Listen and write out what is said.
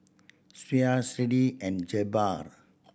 Sheena Zadie and Jabbar